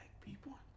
people